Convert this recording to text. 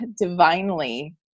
divinely